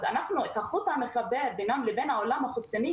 אז אנחנו מהווים החוט המחבר בינם לבין העולם החיצוני